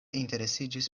interesiĝis